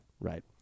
right